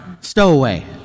stowaway